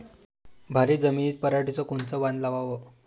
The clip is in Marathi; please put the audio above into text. भारी जमिनीत पराटीचं कोनचं वान लावाव?